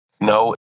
no